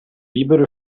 libero